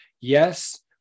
Yes